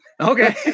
Okay